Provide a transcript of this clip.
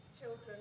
children